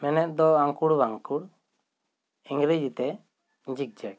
ᱦᱚᱱᱚᱛ ᱫᱚ ᱟᱝᱠᱩᱲ ᱵᱟᱝᱠᱩᱲ ᱤᱝᱨᱮᱡᱤ ᱛᱮ ᱡᱤᱠᱡᱮᱠ